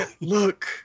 Look